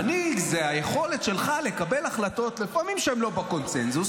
מנהיג זו היכולת שלך לקבל החלטות שהן לפעמים לא בקונסנזוס,